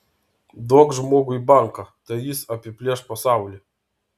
duok žmogui banką tai jis apiplėš pasaulį